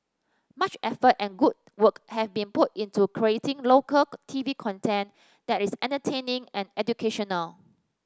much effort and good work have been put into creating local T V content that is entertaining and educational